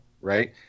right